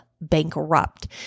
bankrupt